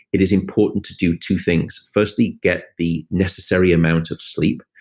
it is important to do two things. firstly, get the necessary amount of sleep,